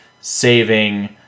saving